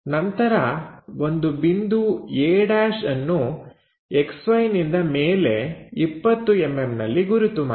ನಂತರ ಒಂದು ಬಿಂದು a' ಅನ್ನು XY ನಿಂದ ಮೇಲೆ 20mm ನಲ್ಲಿ ಗುರುತು ಮಾಡಿ